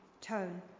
tone